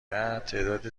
تعداد